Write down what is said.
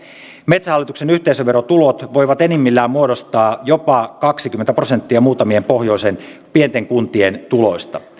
metsähallituksen yhteisöverotulot voivat enimmillään muodostaa jopa kaksikymmentä prosenttia muutamien pohjoisen pienten kuntien tuloista